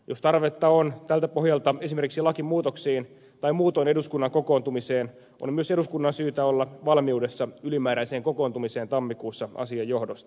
jos tarvetta on tältä pohjalta esimerkiksi lakimuutoksiin tai muutoin eduskunnan kokoontumiseen on myös eduskunnan syytä olla valmiudessa ylimääräiseen kokoontumiseen tammikuussa asian johdosta